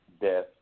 death